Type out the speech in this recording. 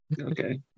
okay